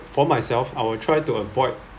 for myself I will try to avoid